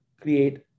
create